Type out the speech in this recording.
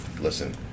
Listen